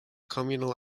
communal